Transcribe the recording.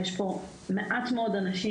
יש פה מעט מאוד אנשים,